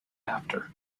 after